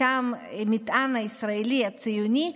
למטען ישראלי ציוני,